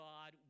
God